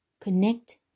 Connect